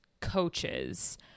coaches